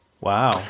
Wow